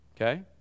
okay